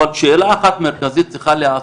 אבל שאלה אחת מרכזית צריכה להישאל.